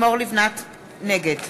נגד